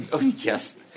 yes